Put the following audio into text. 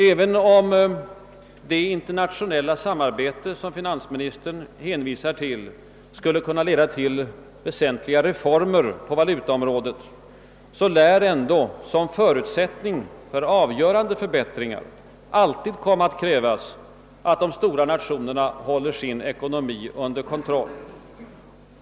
Även om det internationella samarbete som finansministern hänvisar till skulle kunna leda till väsentliga reformer på valutaområdet, lär ändå som förutsättning för avgörande förbättringar alltid komma att krävas att de stora nationerna håller sin ekonomi under kontroll.